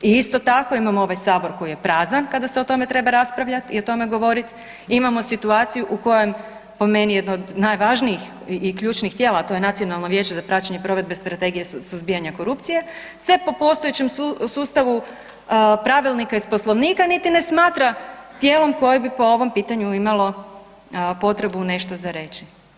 I isto tako, imamo ovaj Sabor koji je prazan kada se o tome treba raspravljati i o tome govoriti, imamo situaciju u kojem, po meni jedno od najvažnijih i ključnih tijela, a to je Nacionalno vijeće za praćenje provedbe strategije suzbijanja korupcije se po postojećem sustavu pravilnika iz Poslovnika niti ne smatra tijelom koje bi po ovom pitanju imalo potrebu nešto za reći.